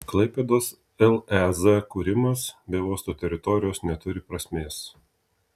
klaipėdos lez kūrimas be uosto teritorijos neturi prasmės